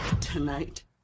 tonight